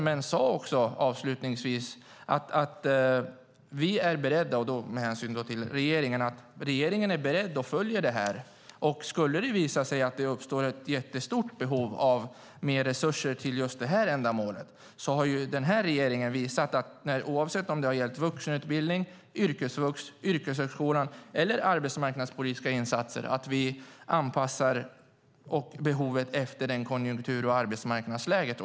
Men hon sade också att regeringen följer detta och att om det skulle uppstå ett mycket stort behov av mer resurser till just detta ändamål har denna regering visat att oavsett om det har gällt vuxenutbildning, yrkesvux, yrkeshögskolan eller arbetsmarknadspolitiska insatser har man anpassat behovet efter behov och arbetsmarknadsläge.